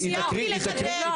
היחידה שמדברת